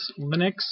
Linux